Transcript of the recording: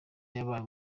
yabaye